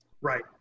Right